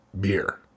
beer